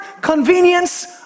convenience